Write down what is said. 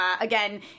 again